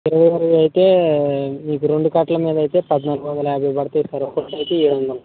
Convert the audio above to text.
ఏరువు అయితే ఈ రెండు కట్ల మీదైతే పద్నాలుగు వందల యాభై పడుతుంది సార్ ఒక్కొకటి ఎనిమిది వందలు